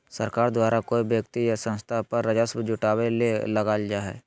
सरकार द्वारा कोय व्यक्ति या संस्था पर राजस्व जुटावय ले लगाल जा हइ